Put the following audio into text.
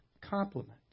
complement